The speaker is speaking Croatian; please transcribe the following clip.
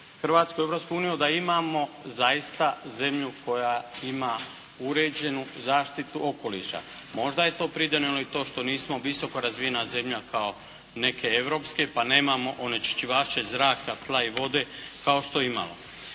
Europsku uniju da imamo zaista zemlju koja ima uređenu zaštitu okoliša. Možda je to pridonijelo i to što nismo visokorazvijena zemlja kao neke europske pa nemamo onečišćivače zraka, tla i vode kao što …